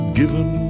given